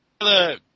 Hello